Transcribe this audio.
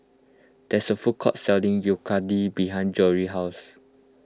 there's a food court selling Yakitori behind Jory's house